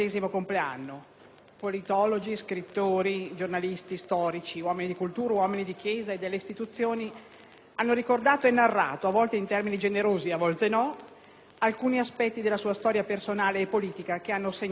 storici, scrittori, giornalisti, storici, uomini di cultura, di Chiesa e delle istituzioni hanno ricordato e narrato - a volte in termini generosi a volte no - alcuni aspetti della sua storia personale e politica che hanno segnato un'epoca.